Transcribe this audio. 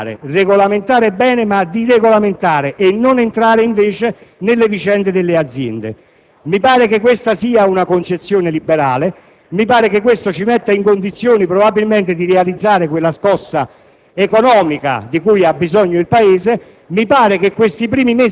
lascia alla mano pubblica il dovere di regolamentare bene e non entrare, invece, nelle vicende delle aziende. Ritengo che questa sia una concezione liberale e che questo ci metta in condizione, probabilmente, di realizzare quella scossa